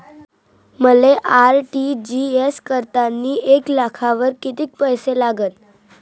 मले आर.टी.जी.एस करतांनी एक लाखावर कितीक पैसे लागन?